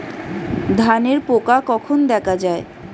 ধানের পোকা কখন দেখা দেয়?